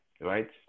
right